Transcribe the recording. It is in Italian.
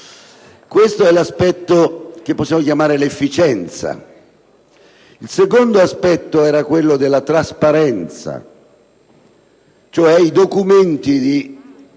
è l'aspetto che possiamo chiamare efficienza. Il secondo aspetto era quello della trasparenza: i documenti di